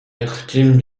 victime